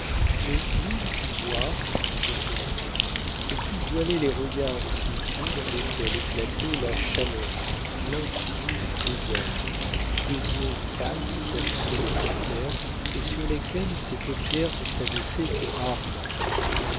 mais nul pouvoir au monde ne put voiler les regards de ses yeux dans lesquels éclataient la chaleur l'infini du désert des yeux calmes comme ceux des panthères et sur lesquels ses paupières ne s'abaissaient que rarement